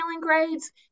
grades